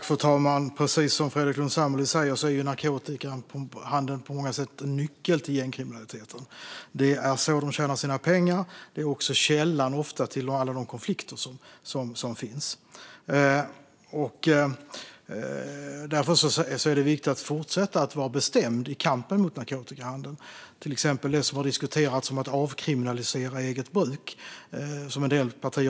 Fru talman! Precis som Fredrik Lundh Sammeli säger är narkotikahandeln på många sätt en nyckel till gängkriminaliteten. Det är så de tjänar sina pengar. Det är också ofta källan till de konflikter som finns. Därför är det viktigt att fortsätta att vara bestämd i kampen mot narkotikahandeln. En del partier driver att man ska avkriminalisera eget bruk.